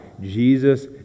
Jesus